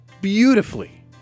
beautifully